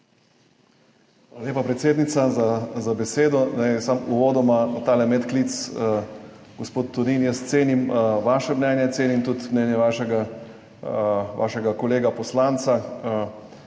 Hvala lepa predsednica za besedo. Samo uvodoma tale medklic. Gospod Tonin, jaz cenim vaše mnenje, cenim tudi mnenje vašega kolega poslanca,